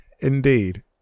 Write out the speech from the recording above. Indeed